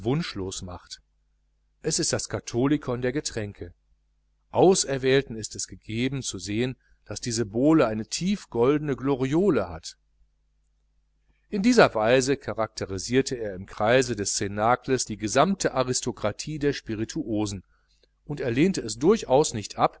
wunschlos macht es ist das katholikon der getränke auserwählten ist es gegeben zu sehen daß diese bowle eine tief goldene gloriole hat in dieser weise charakterisierte er im kreise des cnacles die gesammte aristokratie der spirituosen und er lehnte es durchaus nicht ab